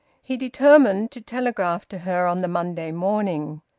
he determined to telegraph to her on the monday morning.